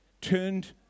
turned